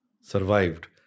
survived